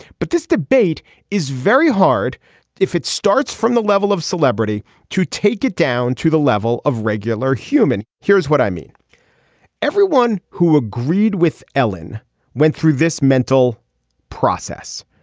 but this debate is very hard if it starts from the level of celebrity to take it down to the level of regular human. here's what i mean everyone who agreed with ellen went through this mental process.